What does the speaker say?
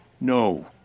No